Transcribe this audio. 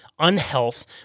Unhealth